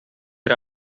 per